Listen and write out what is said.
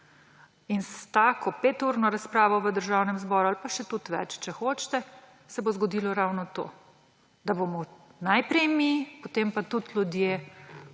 S tako peturno razpravo v Državnem zboru ali pa še tudi več, če hočete, se bo zgodilo ravno to, da bomo najprej mi, potem pa tudi ljudje